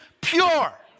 pure